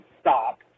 stop